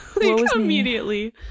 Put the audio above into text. immediately